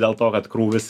dėl to kad krūvis